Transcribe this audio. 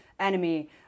Enemy